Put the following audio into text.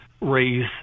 raise